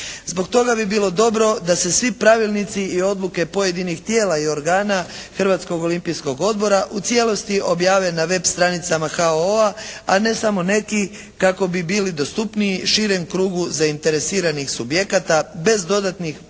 Zbog toga bi bilo dobro da se svi pravilnici i odluke pojedinih tijela i organa Hrvatskog olimpijskog odbora u cijelosti objave na web stranicama HOO-a, a ne samo neki kako bi bili dostupniji širem krugu zainteresiranih subjekata bez dodatnih posrednika